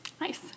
Nice